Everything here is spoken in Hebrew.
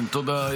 כן, תודה.